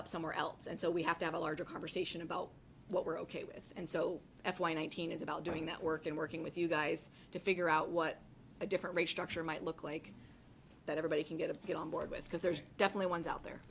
up somewhere else and so we have to have a larger conversation about what we're ok with and so if one thousand is about doing that work and working with you guys to figure out what a different rate structure might look like that everybody can get a get on board with because there's definitely ones out there